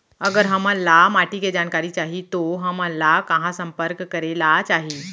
अगर हमन ला माटी के जानकारी चाही तो हमन ला कहाँ संपर्क करे ला चाही?